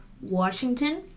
Washington